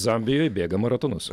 zambijoj bėga maratonus